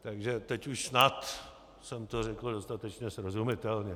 Takže teď už snad jsem to řekl dostatečně srozumitelně.